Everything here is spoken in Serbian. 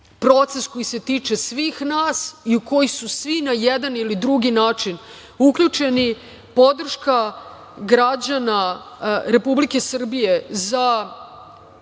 proces koji se tiče svih nas i u koji su svi na jedan ili drugi način uključeni, podrška građana Republike Srbije za